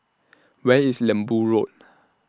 Where IS Lembu Road